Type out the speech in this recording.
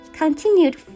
continued